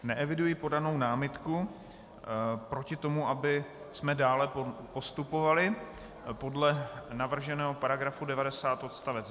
Neeviduji podanou námitku proti tomu, abychom dále postupovali podle navrženého § 90 odst.